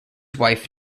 wife